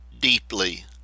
deeply